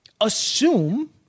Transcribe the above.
assume